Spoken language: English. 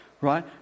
right